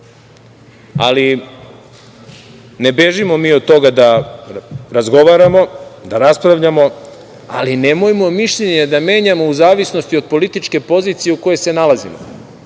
Ali, ne bežimo mi od toga da razgovaramo, da raspravljamo, ali nemojmo mišljenje da menjamo u zavisnosti od političke pozicije u kojoj se nalazimo.